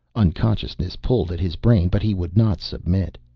unconsciousness pulled at his brain but he would not submit.